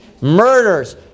murders